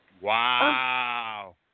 Wow